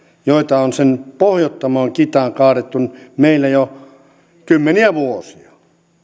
joita on sen pohjattomaan kitaan kaadettu meillä jo kymmeniä vuosia